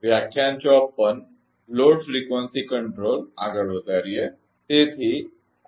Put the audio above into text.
તેથી આપણે તે આ પછી જોયું છે